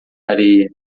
areia